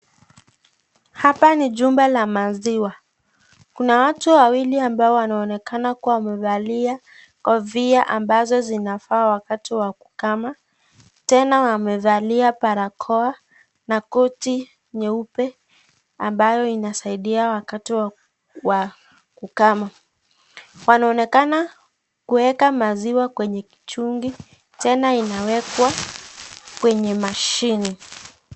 Hapa ni jumba la maziwa, kuna watu wawili ambao wanaonekana kuwa wamevalia kofia ambazo zinafaa wakati wa kukama. Tena wamevalia barakoa na koti nyeupe ambayo inasaidia wakati kukama. Wanaonekana kuweka maziwa kwenye kichungi tena inawekwa kwenye (cs)machine(cs).